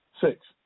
Six